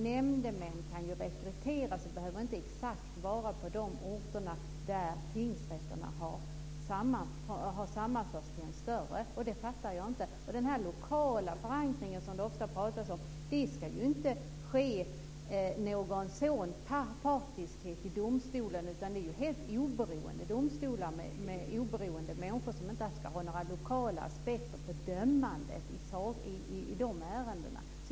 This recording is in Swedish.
Nämndemän kan ju rekryteras och behöver inte exakt vara från de orter vars tingsrätter har sammanförts till en större. Så det förstår jag inte. Beträffande den lokala förankringen, som det ofta talas om, ska det inte ske någon partiskhet i domstolen, utan domstolarna är helt oberoende och ska inte ha några lokala aspekter på dömande.